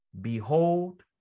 behold